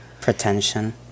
pretension